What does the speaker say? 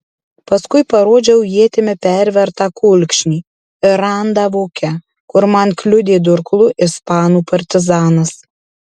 paskui parodžiau ietimi pervertą kulkšnį ir randą voke kur man kliudė durklu ispanų partizanas